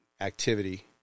activity